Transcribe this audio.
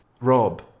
Rob